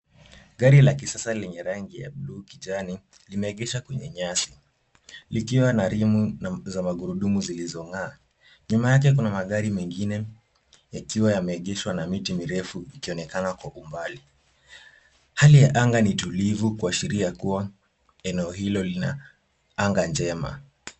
Gari la kisasa la lenye rangi ya buluu kijani imeegeshwa kwenye nyasi likiwa na rimu na magurudumu zilizo ng'aa. Nyuma yake kuna magari mengine yakiwa yameegeshwa na miti mirefu ikionekana kwa umbali. Hali ya anga ni tulivu kuashiria kuwa eneo hilo lina anga njema.